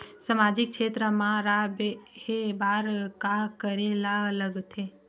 सामाजिक क्षेत्र मा रा हे बार का करे ला लग थे